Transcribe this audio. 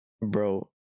bro